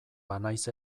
banaiz